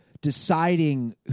deciding